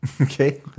Okay